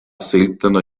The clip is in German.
seltener